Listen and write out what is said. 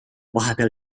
vahepeal